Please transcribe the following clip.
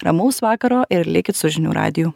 ramaus vakaro ir likit su žinių radiju